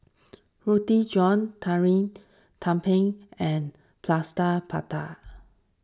Roti John Tumpeng and Plaster Prata